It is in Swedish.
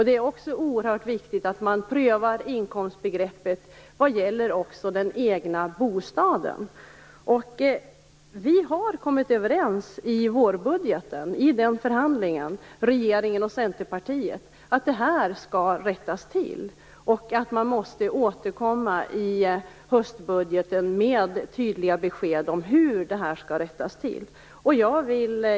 Det är också oerhört viktigt att pröva inkomstbegreppet vad gäller just den egna bostaden. Regeringen och Centerpartiet har kommit överens i förhandlingen inför vårbudgeten att denna fråga skall rättas till. Man måste återkomma i höstbudgeten med tydliga besked om hur detta skall rättas till.